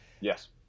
Yes